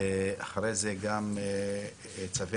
ואחרי זה גם צווי